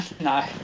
No